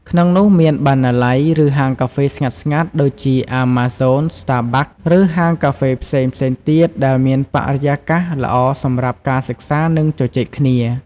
ក្នុងនោះមាន បណ្ណាល័យ ឬហាងកាហ្វេស្ងាត់ៗ ដូចជា Amazon, Starbucks ឬហាងកាហ្វេផ្សេងៗទៀតដែលមានបរិយាកាសល្អសម្រាប់ការសិក្សា និងជជែកគ្នា។